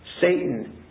Satan